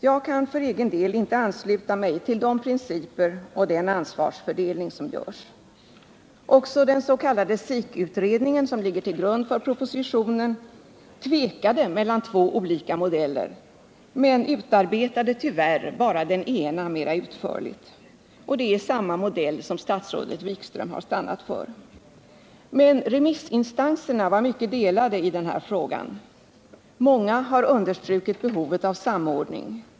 Jag kan för egen del inte ansluta mig till de principer och den ansvarsfördelning som görs. Också den s.k. SIK-utredningen, som ligger till grund för propositionen, tvekade mellan två olika modeller, men utarbetade tyvärr bara den ena mera utförligt, och det är samma modell som också statsrådet Wikström stannat för. Men remissinstanserna var mycket delade i den här frågan. Många har understrukit behovet av samordning.